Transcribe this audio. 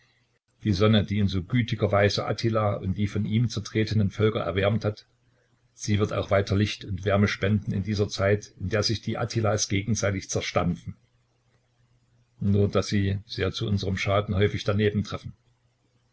die sonne die in so gütiger weise attila und die von ihm zertretenen völker erwärmt hat sie wird auch weiter licht und wärme spenden in dieser zeit in der sich die attilas gegenseitig zerstampfen nur daß sie sehr zu unserm schaden häufig